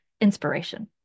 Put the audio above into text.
inspiration